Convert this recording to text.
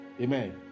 Amen